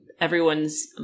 everyone's